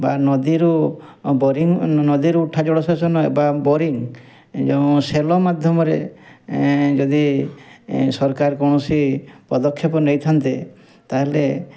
ବା ନଦୀ ରୁ ବୋରିଙ୍ଗ ନଦୀ ରୁ ଉଠା ଜଳ ସେଚନ ବା ବୋରିଙ୍ଗ ଯେଉଁ ସେଲ ମାଧ୍ୟମରେ ଯଦି ସରକାର କୌଣସି ପଦକ୍ଷେପ ନେଇଥାନ୍ତେ ତାହେଲେ